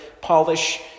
polish